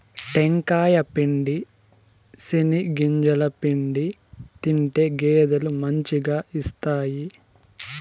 టెంకాయ పిండి, చెనిగింజల పిండి తింటే గేదెలు మంచిగా ఇస్తాయి